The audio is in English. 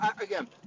again